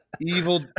Evil